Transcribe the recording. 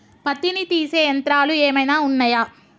పత్తిని తీసే యంత్రాలు ఏమైనా ఉన్నయా?